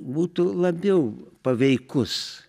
būtų labiau paveikus